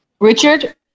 Richard